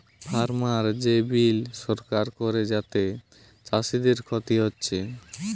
farmer যে bill সরকার করে যাতে চাষীদের ক্ষতি হচ্ছে